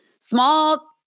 small